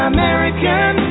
American